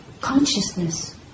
consciousness